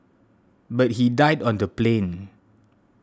but he died on the plane